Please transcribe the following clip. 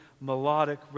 melodic